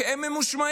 כי הם ממושמעים.